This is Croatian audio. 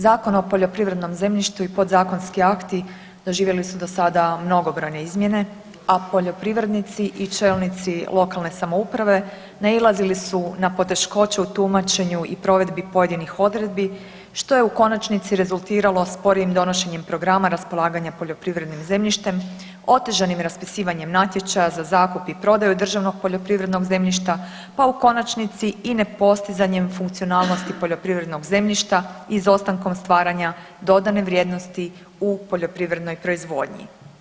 Zakon o poljoprivrednom zemljištu i podzakonski akti doživjeli su do sada mnogobrojne izmjene, a poljoprivrednici i čelnici lokalne samouprave nailazili su na poteškoće u tumačenju i provedbi pojedinih odredbi, što je u konačnici rezultiralo sporijim donošenjem programa raspolaganja poljoprivrednim zemljištem, otežanim raspisivanjem natječaja za zakup i prodaju državnog poljoprivrednog zemljišta, pa u konačnici i nepostizanjem funkcionalnosti poljoprivrednog zemljišta i izostankom stvaranja dodane vrijednosti u poljoprivrednoj proizvodnji.